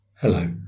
Hello